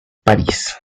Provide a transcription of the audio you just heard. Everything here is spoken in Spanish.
parís